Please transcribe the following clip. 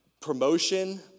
promotion